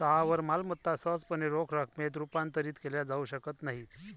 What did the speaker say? स्थावर मालमत्ता सहजपणे रोख रकमेत रूपांतरित केल्या जाऊ शकत नाहीत